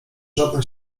żadna